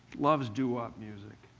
loves doo-wop music.